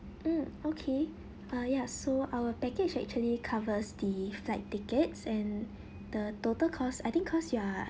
mm okay ah ya so our package actually covers the flight tickets and the total cost I think cause you are